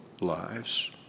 lives